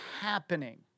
happening